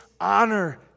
honor